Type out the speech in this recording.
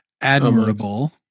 Admirable